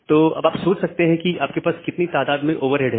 तो अब आप सोच सकते हैं कि आपके पास कितनी तादाद में ओवरहेड है